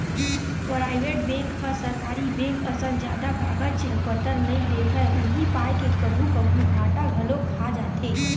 private bank ह सरकारी bank असन जादा कागज पतर नइ देखय उही पाय के कभू कभू घाटा घलोक खा जाथे